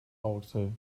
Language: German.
rauxel